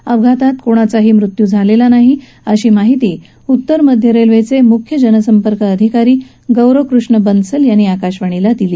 या अपघातात कोणाचाही मृत्यू झालेला नाही अशी माहिती उत्तर मध्य रेल्वेचे मुख्य जनसंपर्क अधिकारी गौरव कृष्ण बन्सल यांनी आकाशवाणीला दिली